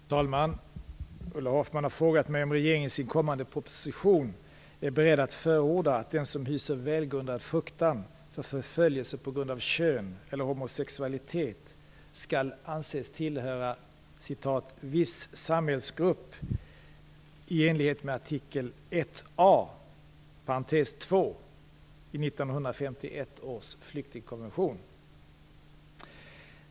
Fru talman! Ulla Hoffmann har frågat mig om regeringen i sin kommande proposition är beredd att förorda att den som hyser välgrundad fruktan för förföljelse på grund av kön eller homosexualitet skall anses tillhöra "viss samhällsgrupp" i enlighet med artikel 1 A i 1951 års flyktingkonvention.